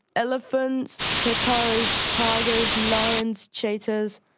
elephants, hippos, tigers, lions, cheetahs,